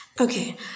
Okay